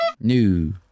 New